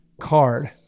card